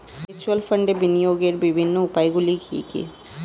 Mutual ফান্ডে বিনিয়োগের বিভিন্ন উপায়গুলি কি কি?